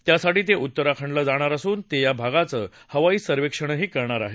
त्यासाठी ते उत्तराखंडला जाणार असून ते या भागाचं हवाई सर्वेक्षणही करणार आहेत